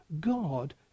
God